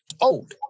old